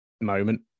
moment